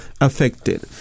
affected